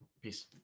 Peace